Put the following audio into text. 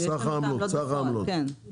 אז